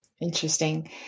Interesting